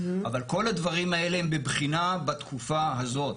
אבל כל הדברים האלה הם בבחינה בתקופה הזאת.